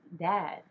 dad